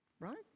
Right